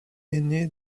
ainé